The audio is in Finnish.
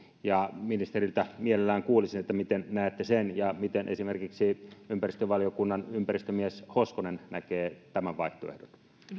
ministeriltä mielellään kuulisin miten näette sen entä miten esimerkiksi ympäristövaliokunnan ympäristömies hoskonen näkee tämän vaihtoehdon